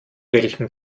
welchem